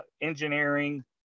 engineering